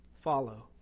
follow